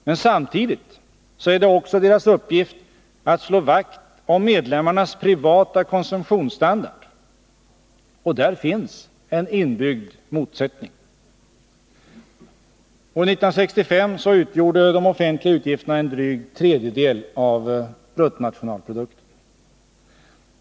Men samtidigt är det också deras uppgift att slå vakt om medlemmarnas privata konsumtionsstandard. Och där finns en inbyggd motsättning. År 1965 utgjorde de offentliga utgifterna en dryg tredjedel av BNP.